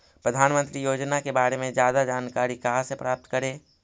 प्रधानमंत्री योजना के बारे में जादा जानकारी कहा से प्राप्त करे?